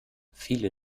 viele